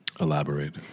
Elaborate